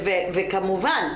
וכמובן,